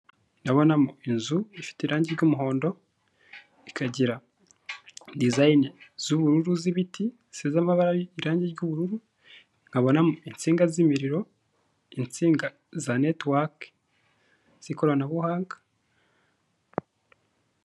Ndabonamo inzu ifite irangi ry'umuhondo, ikagira disayini z'ubururu z'ibiti zisize irangi ry'ubururu, nkabona insinga z'imiriro, insinga za netiwaki z'ikoranabuhanga.